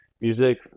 music